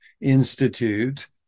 Institute